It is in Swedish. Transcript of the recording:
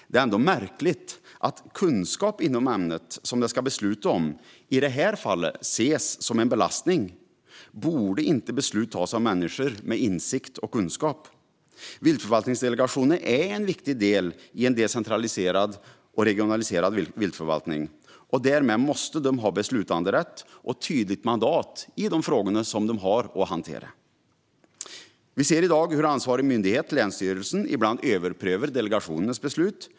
Det är ändå märkligt att kunskap inom det ämne som det ska beslutas om i det här fallet ses som en belastning. Borde inte beslut tas av människor med insikt och kunskap? Viltförvaltningsdelegationerna är en viktig del i en decentraliserad och regionaliserad viltförvaltning. Därmed måste de ha beslutanderätt och tydligt mandat i de frågor de har att hantera. I dag överprövar ibland ansvarig myndighet, länsstyrelsen, delegationernas beslut.